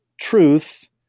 truth